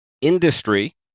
Industry